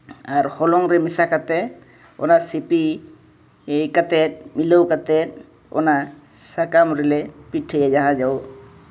ᱟᱨ ᱦᱚᱞᱚᱝ ᱨᱮ ᱢᱮᱥᱟ ᱠᱟᱛᱮᱫ ᱚᱱᱟ ᱥᱤᱯᱤ ᱠᱟᱛᱮᱫ ᱢᱤᱞᱟᱹᱣ ᱠᱟᱛᱮᱫ ᱚᱱᱟ ᱥᱟᱠᱟᱢ ᱨᱮᱞᱮ ᱯᱤᱴᱷᱟᱹᱭᱟ ᱡᱟᱦᱟᱸ ᱫᱚ